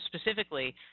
specifically